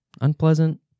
unpleasant